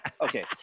Okay